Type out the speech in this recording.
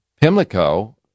Pimlico